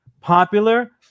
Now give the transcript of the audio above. popular